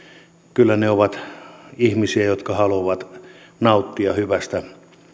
kyllä he ovat ihmisiä jotka haluavat nauttia hyvästä